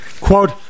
Quote